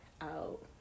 out